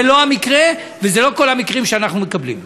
זה לא המקרה וזה לא כל המקרים שאנחנו מקבלים.